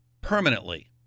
permanently